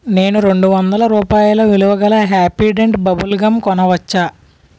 నేను రెండు వందల రూపాయల విలువగల హ్యాపీడెంట్ బబుల్ గమ్ కొనవచ్చా